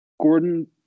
Gordon